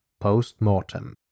post-mortem